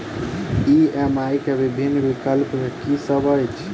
EMI केँ विभिन्न विकल्प की सब अछि